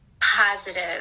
positive